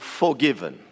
forgiven